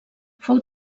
fou